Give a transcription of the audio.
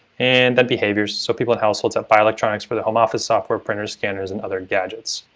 and then behaviors so people in households that buy electronics for the home office, software, printers, scanners, and other gadgets.